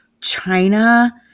China